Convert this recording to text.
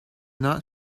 not